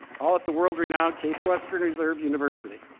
all at the world-renowned case western reserve university.